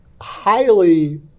highly